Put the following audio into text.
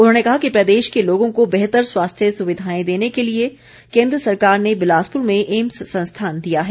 उन्होंने कहा कि प्रदेश के लोगों को बेहतर स्वास्थ्य सुविधाएं देने के लिए केन्द्र सरकार ने बिलासपुर में एम्स संस्थान दिया है